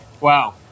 Wow